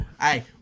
Hey